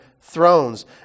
thrones